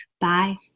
Bye